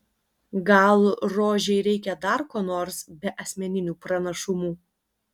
gal rožei reikia dar ko nors be asmeninių pranašumų